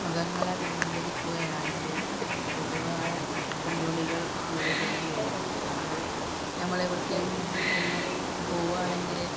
മൃഗങ്ങളെ അഭിമുഖീകരിക്കുകയാണെങ്കില് പൊതുവേ വെല്ലുവിളികള് നേരിടേണ്ടി വരും അവ നമ്മളെവിടെക്കേം പിന്നെ പോവുകയാണെങ്കില്